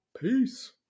peace